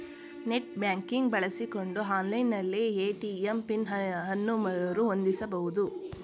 net banking ಬಳಸಿಕೊಂಡು online ನಲ್ಲಿ ATM PIN ಅನ್ನು ಮರು ಹೊಂದಿಸಬಹುದು